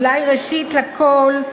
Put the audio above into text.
אולי ראשית לכול,